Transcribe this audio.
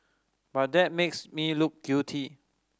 but that makes me look guilty